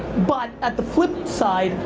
but at the flip side,